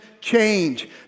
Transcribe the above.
change